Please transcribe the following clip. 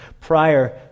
prior